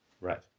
Right